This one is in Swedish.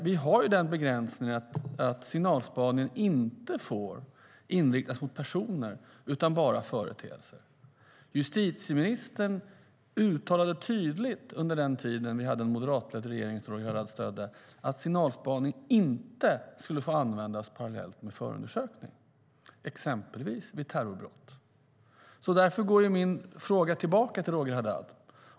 Vi har den begränsningen att signalspaning inte får inriktas på personer utan bara på företeelser. Därför går min fråga tillbaka till Roger Haddad.